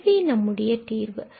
இதுவே நம்முடைய தீர்வு